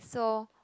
so